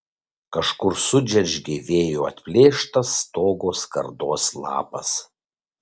kažkur sudžeržgė vėjo atplėštas stogo skardos lapas